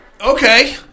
Okay